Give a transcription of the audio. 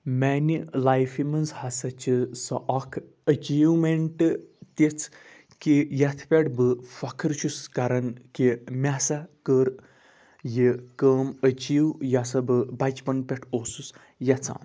میٛانہِ لایفہِ منٛز ہَسا چھِ سۄ اَکھ ایچِیٖومینٛٹ تِژھ کہ یَتھ پٮ۪ٹھ بہٕ فَخٕر چھُس کَران کہ مےٚ ہسَا کٔر یہِ کٲم ایچِیٖو یہِ ہَسا بہٕ بَچپَن پٮ۪ٹھ اوسُس یَژھان